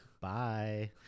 Bye